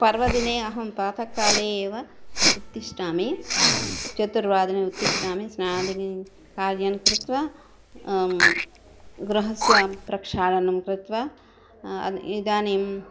पर्वदिने अहं प्रातःकाले एव उत्तिष्ठामि चतुर्वादने उत्तिष्ठामि स्नानादिकं कार्यं कृत्वा गृहस्य प्रक्षालनं कृत्वा इदानीम्